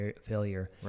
failure